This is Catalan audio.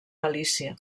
galícia